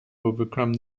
overcome